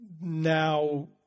now